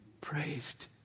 praised